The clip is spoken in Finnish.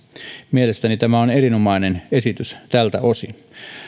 mielestäni tämä on erinomainen esitys tältä osin